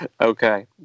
Okay